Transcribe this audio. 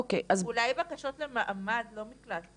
אולי בקשות למעמד, לא מקלט.